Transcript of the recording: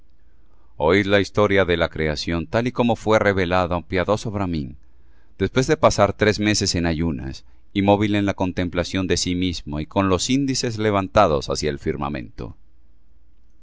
oid la historia de la creación tal como fué revelada á un piadoso brahmin después de pasar tres meses en ayunas inmóvil en la contemplación de sí mismo y con los índices levantados hacia el firmamento